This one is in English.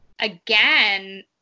again